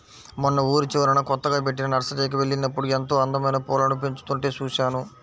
మొన్న ఊరి చివరన కొత్తగా బెట్టిన నర్సరీకి వెళ్ళినప్పుడు ఎంతో అందమైన పూలను పెంచుతుంటే చూశాను